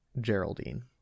Geraldine